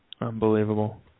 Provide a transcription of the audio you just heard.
Unbelievable